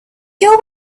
girl